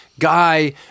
Guy